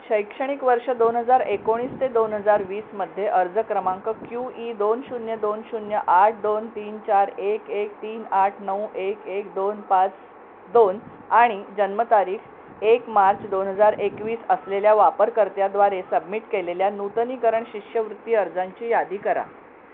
शैक्षणिक वर्ष दोन हजार एकोणीस ते दोन हजार वीसमध्ये अर्ज क्रमांक क्यू ई दोन शून्य दोन शून्य आठ दोन तीन चार एक एक तीन आठ नऊ एक एक दोन पाच दोन आणि जन्मतारीख एक मार्च दोन हजार एकवीस असलेल्या वापरकर्त्याद्वारे सबमिट केलेल्या नूतनीकरण शिष्यवृत्ती अर्जांची यादी करा